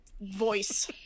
voice